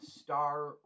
star